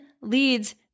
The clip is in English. leads